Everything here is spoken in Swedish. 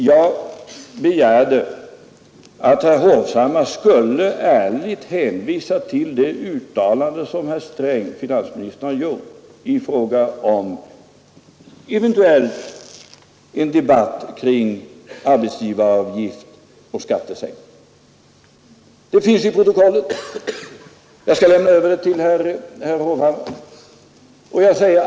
Jag begärde att herr Hovhammar ärligt skulle hänvisa till det uttalande som finansminister Sträng gjort i fråga om en eventuell debatt kring arbetsgivaravgift och skattesänkning. Det finns i protokollet. Jag skall lämna över det till herr Hovhammar.